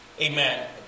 Amen